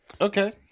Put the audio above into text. Okay